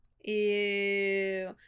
Ew